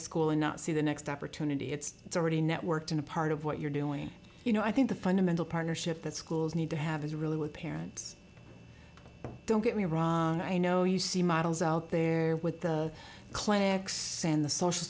school and not see the next opportunity it's already networked in a part of what you're doing you know i think the fundamental partnership that schools need to have is really what parents don't get me wrong i know you see models out there with the clinics and the social